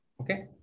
Okay